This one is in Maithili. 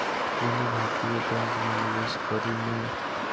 कोनो भारतीय बैंक मे निवेश करू ने